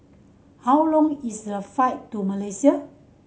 how long is the flight to Malaysia